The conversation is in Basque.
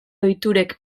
ohiturek